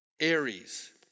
Aries